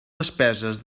despeses